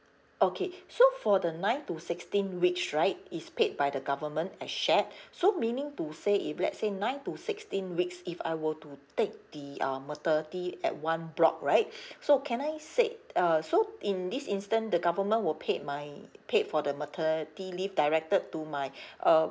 okay so for the nine to sixteen weeks right is paid by the government as shared so meaning to say if let's say nine to sixteen weeks if I were to take the uh maternity at one block right so can I say uh so in this instant the government will pay my pay for the maternity leave directed to my uh